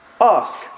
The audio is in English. Ask